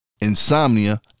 insomnia